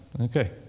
okay